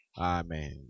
Amen